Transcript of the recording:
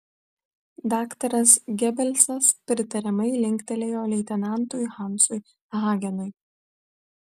daktaras gebelsas pritariamai linktelėjo leitenantui hansui hagenui